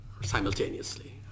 simultaneously